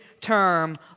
term